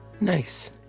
nice